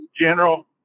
General